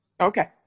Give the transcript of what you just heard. Okay